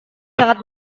sangat